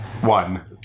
one